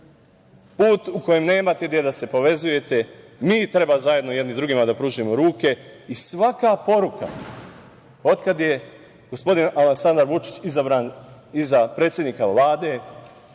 put u kojem nemate gde da se povezujete. Mi treba zajedno jedni drugima da pružimo ruke i svaka poruka od kada je gospodin Aleksandar Vučić izabran i za predsednika Vlade